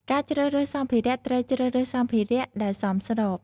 ការជ្រើសរើសសម្ភារៈ ត្រូវជ្រើសរើសសម្ភារៈដែលសមស្រប។